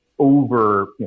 over